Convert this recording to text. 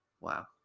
Wow